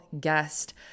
guest